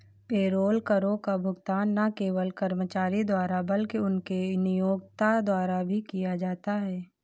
payroll करों का भुगतान न केवल कर्मचारी द्वारा बल्कि उनके नियोक्ता द्वारा भी किया जाता है